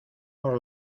por